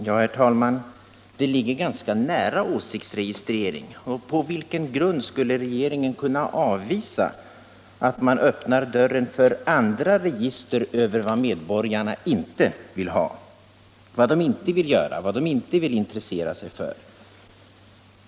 Herr talman! Det här ligger ganska nära åsiktsregistrering. På vilken grund skulle regeringen kunna avvisa en begäran om att öppna dörren även för andra register över vad medborgarna inte vill ha, vad de inte vill göra, vad de inte vill intressera sig för?